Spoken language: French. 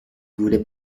voulait